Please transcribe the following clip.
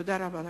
תודה רבה לכם.